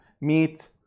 meat